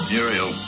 Muriel